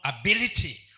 ability